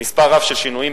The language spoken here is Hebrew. מספר רב של שינויים,